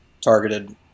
targeted